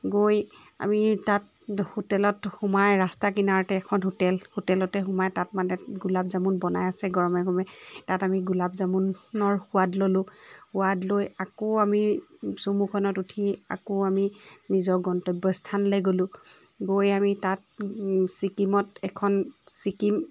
গৈ আমি তাত হোটেলত সোমাই ৰাস্তা কিনাৰতে এখন হোটেল হোটেলতে সোমাই তাত মানে গোলাপ জামুন বনাই আছে গৰমে গৰমে তাত আমি গোলাপ জামুনৰ সোৱাদ ল'লোঁ সোৱাদ লৈ আকৌ আমি চুমুখনত উঠি আকৌ আমি নিজৰ গন্তব্য স্থানলৈ গলোঁ গৈ আমি তাত ছিকিমত এখন ছিকিম